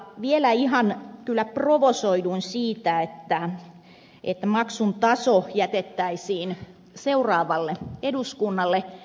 vielä ihan kyllä provosoiduin siitä että tuon maksun taso jätettäisiin seuraavalle eduskunnalle